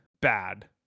bad